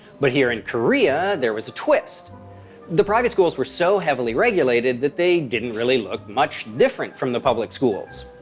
but here in korea there was a twist the private schools were so heavily regulated that they didn't really look much different from the public schools.